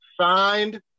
Signed